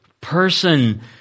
person